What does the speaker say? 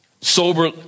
Sober